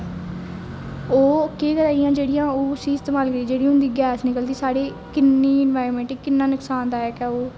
ओह् केह् करा दियां जेहडियां उसी इस्तामाल जेहड़ी उंदी गैस निकलदी साढ़ी किन्नी इनबार्नेमेंट गी किन्ना नुक्सानदायक ऐ ओह्